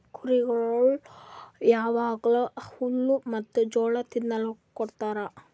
ಕುರಿಗೊಳಿಗ್ ಯಾವಾಗ್ಲೂ ಹುಲ್ಲ ಮತ್ತ್ ಜೋಳ ತಿನುಕ್ ಕೊಡ್ತಾರ